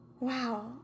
Wow